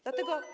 Dlatego.